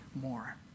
more